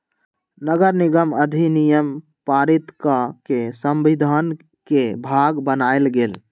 नगरनिगम अधिनियम पारित कऽ के संविधान के भाग बनायल गेल